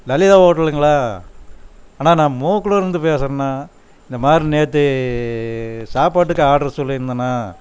லலிதா ஹோட்டலுங்களா அண்ணா நான் மூக்கனுரிலிருந்து பேசுறேண்ணா இந்த மாதிரி நேற்றி சாப்பாட்டுக்கு ஆர்ட்ரு சொல்லிருந்தேண்ணா